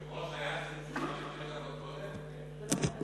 היושב-ראש, היה צלצול חמש דקות קודם?